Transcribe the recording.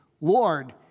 Lord